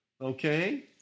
okay